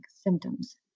symptoms